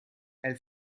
elle